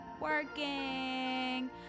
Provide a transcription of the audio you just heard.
working